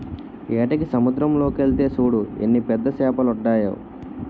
ఏటకి సముద్దరం లోకెల్తే సూడు ఎన్ని పెద్ద సేపలడ్డాయో